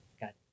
got